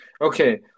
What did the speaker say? Okay